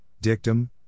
dictum